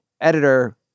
Editor